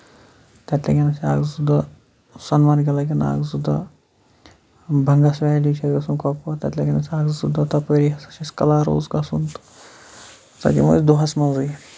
تَتہِ لَگن اکھ زٕ دۄہ سونمَرگہِ لگن اکھ زٕ دۄہ بَنگس ویلی چھِ گژھُن کوپوور تَتہِ لگن اسہِ اَکھ زٕ دۄہ تَپٲری ہسا چھُ اَسہِ کَلاروٗس گژھُن تہٕ تَتہِ یِمو أسۍ دۄہَس منٛزٕے